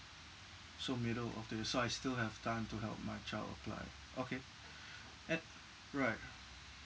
so middle of the year so I still have time to help my child apply okay at right